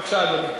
בבקשה, אדוני.